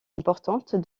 importante